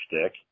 stick